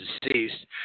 deceased